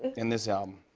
in this album.